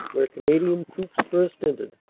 where canadian troops first entered,